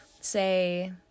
say